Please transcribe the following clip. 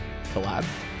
collab